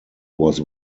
was